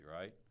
right